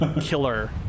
killer